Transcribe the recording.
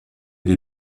des